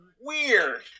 weird